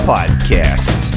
Podcast